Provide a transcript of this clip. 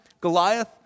Goliath